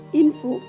info